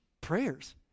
prayers